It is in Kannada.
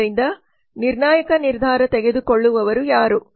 ಆದ್ದರಿಂದ ನಿರ್ಣಾಯಕ ನಿರ್ಧಾರ ತೆಗೆದುಕೊಳ್ಳುವವರು ಯಾರು